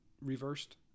reversed